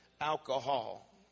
alcohol